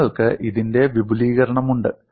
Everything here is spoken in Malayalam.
നിങ്ങൾക്ക് ഇതിന്റെ വിപുലീകരണം ഉണ്ട്